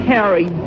Harry